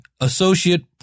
associate